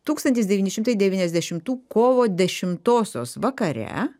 tūkstantis devyni šimtai devyniasdešimų kovo dešimtosios vakare